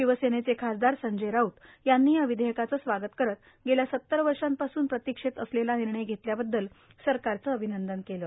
शिवसेनेचे खासदार संजय राऊत यांनी या विधेयकाचं स्वागत करत गेल्या सत्तर वर्षापासून प्रतीक्षेत असलेला निर्णय घेतल्याबद्दल सरकारचं अभिनंदन केलं